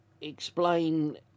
explain